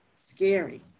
Scary